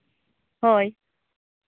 ᱦᱳᱭ